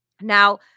Now